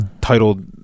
titled